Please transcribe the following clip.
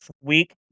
week